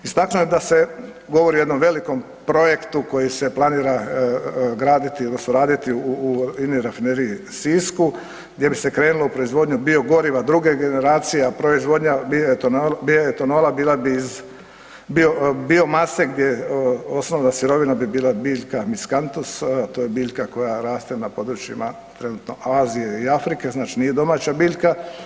Istaknuo bi da se govori o jednom velikom projektu koji se planira graditi odnosno raditi u Ini rafineriji Sisku gdje bi se krenulo u proizvodnju biogoriva druge generacije, a proizvodnja bioetanola bila bi iz biomase gdje osnovna sirovina bi bila biljka Miskanthus, a to je biljka koja raste na područjima trenutno Azije i Afrike, znači nije domaća biljka.